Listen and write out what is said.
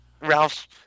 Ralph